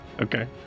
okay